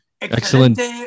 Excellent